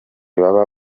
baba